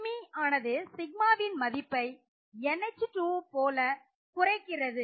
Me ஆனது σ இன் மதிப்பை NH2 போல குறைக்கிறது